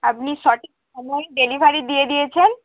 আপনি সঠিক সময়ে ডেলিভারি দিয়ে দিয়েছেন